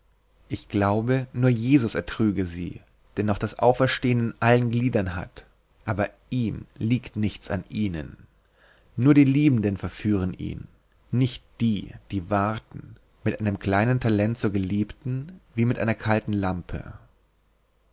ich glaube nur jesus ertrüge sie der noch das auferstehen in allen gliedern hat aber ihm liegt nichts an ihnen nur die liebenden verführen ihn nicht die die warten mit einem kleinen talent zur geliebten wie mit einer kalten lampe